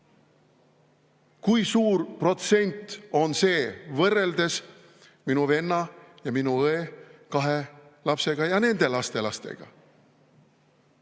Kui suur protsent on see võrreldes minu venna ja minu õe kahe lapsega ja nende lastega?